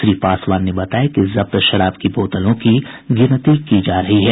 श्री पासवान ने बताया कि जब्त शराब की बोतलों की गिनती की जा रही है